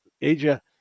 Asia